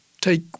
take—